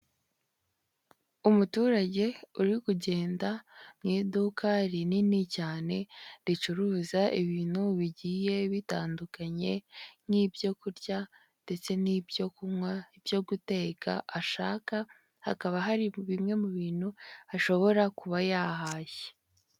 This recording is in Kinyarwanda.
Umuturage uri kugenda mu iduka rinini cyane, ricuruza ibintu bigiye bitandukanye nk'ibyokurya ndetse n'ibyo kunywa, byo guteka ashaka, hakaba hari bimwe mu bintu ashobora kuba yahashye.